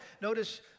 Notice